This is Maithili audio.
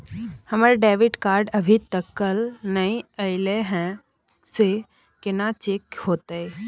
हमर डेबिट कार्ड अभी तकल नय अयले हैं, से कोन चेक होतै?